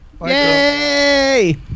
Yay